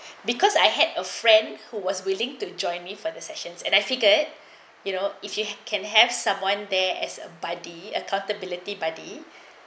because I had a friend who was willing to join me for the sessions and I figured you know if you can have someone there as a buddy accountability buddy